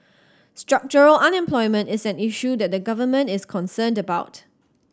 structural unemployment is an issue that the Government is concerned about